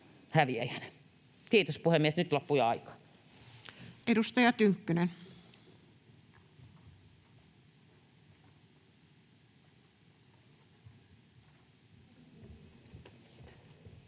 Kiitos, puhemies! Nyt loppui jo aika.